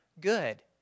good